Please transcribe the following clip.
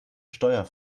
steuer